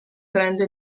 prende